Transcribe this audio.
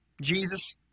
Jesus